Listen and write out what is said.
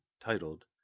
titled